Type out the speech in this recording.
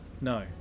No